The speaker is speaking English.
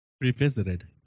Revisited